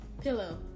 Pillow